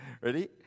Ready